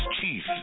Chief